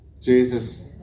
Jesus